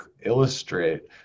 illustrate